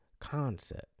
concept